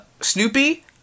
Snoopy